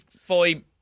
fully